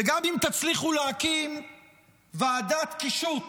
וגם אם תצליחו להקים ועדת קישוט